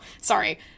Sorry